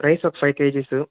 rice ఒక five kgs